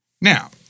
Now